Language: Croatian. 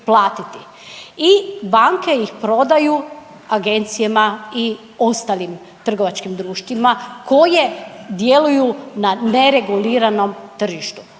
i banke ih prodaju agencijama i ostalim trgovačkim društvima koje djeluju na nereguliranom tržištu.